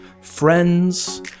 friends